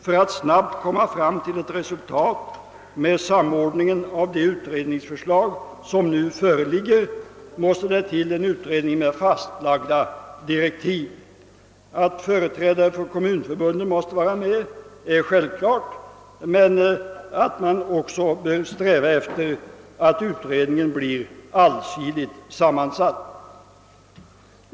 För att man snabbt skall komma fram till ett resultat med samordning av de utredningsförslag som nu föreligger måste det till en utredning med fastlagda direktiv. Att företrädare för kommunförbunden måste vara med är självklart men också att man bör sträva efter att utredningen blir allsidigt sammansatt.